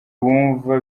wumva